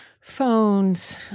phones